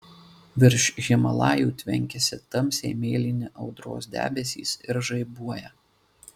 virš himalajų tvenkiasi tamsiai mėlyni audros debesys ir žaibuoja